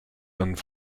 and